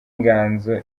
inganzo